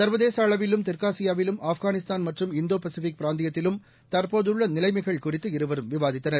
சர்வதேசஅளவிலும் தெற்காசியாவிலும் ஆப்கானிஸ்தான் மற்றும் இந்தோபசிபிக் பிராந்தியத்திலும் தற்போதுள்ளநிலைமைகள் குறித்து இருவரும் விவாதித்தனர்